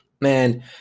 Man